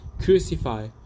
Crucify